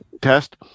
test